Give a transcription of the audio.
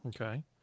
Okay